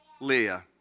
Leah